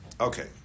Okay